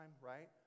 right